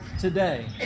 today